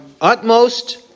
utmost